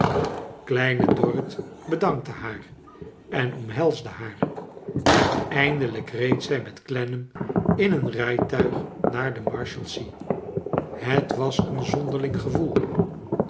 kleine dorrit bedankte haar en omhelsde haar en eindelijk reed zij met clennam in een rijtuig naar de marshals ea het was een zonderlins gevoel